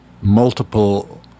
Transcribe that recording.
Multiple